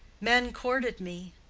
men courted me.